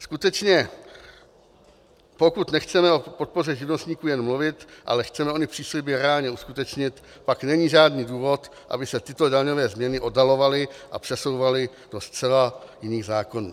Skutečně pokud nechceme o podpoře živnostníků jen mluvit, ale chceme ony přísliby reálně uskutečnit, pak není žádný důvod, aby se tyto daňové změny oddalovaly a přesouvaly do zcela jiných zákonů.